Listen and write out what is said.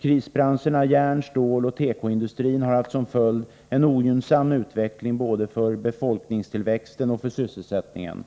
Krisbranscherna järn-, ståloch tekoindustrierna har haft som följd en ogynnsam utveckling både för befolkningstillväxten och för sysselsättningen.